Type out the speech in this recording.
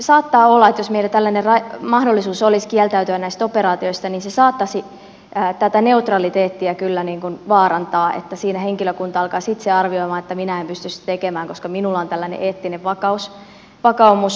saattaa olla että jos meillä tällainen mahdollisuus olisi kieltäytyä näistä operaatioista niin se saattaisi tätä neutraliteettia kyllä vaarantaa että siinä henkilökunta alkaisi itse arvioida että minä en pysty sitä tekemään koska minulla on tällainen eettinen vakaumus